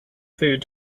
food